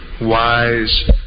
wise